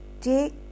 take